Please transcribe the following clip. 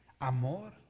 amor